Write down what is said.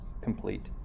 complete